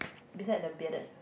beside the bearded